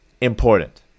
important